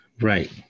right